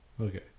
Okay